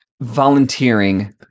volunteering